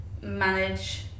manage